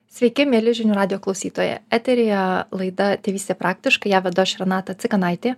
sveiki mieli žinių radijo klausytojai eteryje laida tėvystė praktiškai ją vedu aš renata cikanaitė